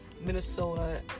Minnesota